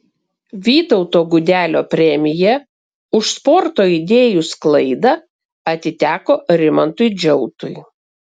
vytauto gudelio premija už sporto idėjų sklaidą atiteko rimantui džiautui